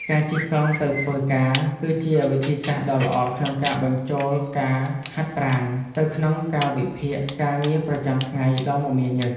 ការជិះកង់ទៅធ្វើការ គឺជាវិធីសាស្រ្តដ៏ល្អក្នុងការបញ្ចូលការហាត់ប្រាណទៅក្នុងកាលវិភាគការងារប្រចាំថ្ងៃដ៏មមាញឹក។